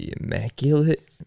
Immaculate